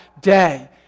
day